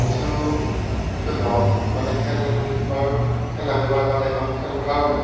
কিছু সংখ্যক গাঁৱত মানে খেলৰ খেল ধামালি কৰাৰ কাৰণে এখন খেলপথাৰো নাই